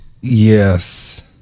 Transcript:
Yes